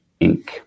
Inc